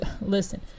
listen